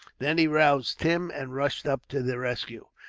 then he roused tim, and rushed up to the rescue.